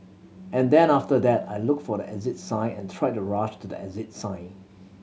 and then after that I looked for the exit sign and tried to rush to the exit sign